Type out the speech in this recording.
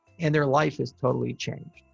and their life has totally changed.